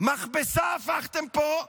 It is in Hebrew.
מכבסה הפכתם פה,